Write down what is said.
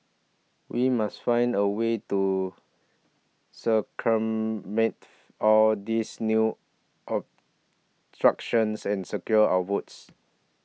we must find a way to all these new and secure our votes